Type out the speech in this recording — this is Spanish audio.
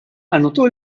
anotó